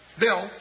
Bill